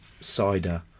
cider